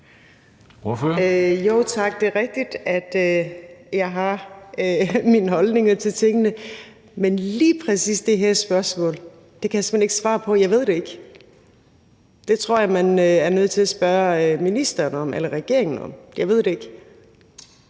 Det er rigtigt, at jeg har mine holdninger til tingene, men lige præcis det her spørgsmål kan jeg simpelt hen ikke svare på, for jeg ved det ikke. Det tror jeg at man er nødt til at spørge ministeren eller regeringen om. Jeg ved det ikke.